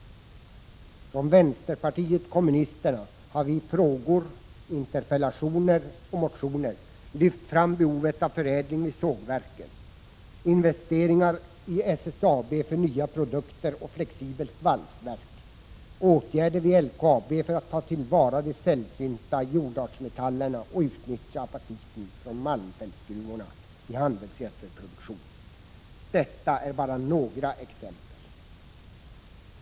Från vänsterpartiet kommunisterna har vi i frågor, interpellationer och motioner lyft fram behovet av förädling vid sågverken, investeringar i SSAB för nya produkter och flexibelt valsverk, åtgärder vid LKAB för att ta till vara de sällsynta jordartsmetallerna och utnyttja apatiten från malmfältsgruvorna i handelsgödselproduktion. Detta är bara några exempel.